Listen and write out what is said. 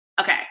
okay